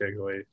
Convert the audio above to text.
takeaway